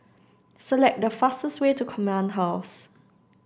select the fastest way to Command House